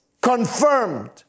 confirmed